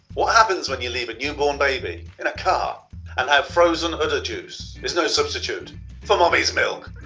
what happens when you leave a newborn baby in a car and how frozen udder juice is no substitute for mommy's milk!